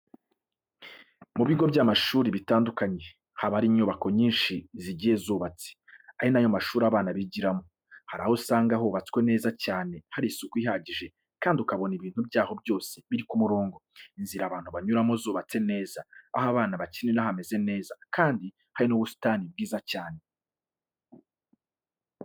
Mu bigo by'amashuri bitandukanye, haba hari unyubako nyinshi zigiye zubatse, ari na yo mashuri abana bigiramo. Hari aho usanga hubatswe neza cyane hari isuku ihagije kandi ukabona ibintu byaho byose biri ku murongo, inzira abantu banyuramo zubatse neza, aho abana bakinira hameze neza kandi hari n'ubusitani bwiza cyane.